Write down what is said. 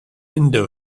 indo